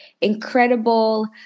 incredible